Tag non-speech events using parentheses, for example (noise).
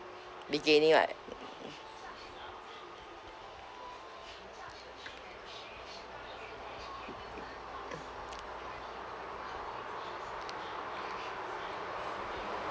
beginning [what] (noise)